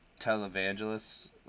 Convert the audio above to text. televangelists